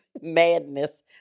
madness